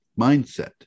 mindset